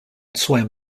swam